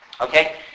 Okay